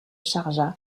chargea